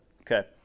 Okay